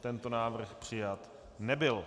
Tento návrh přijat nebyl.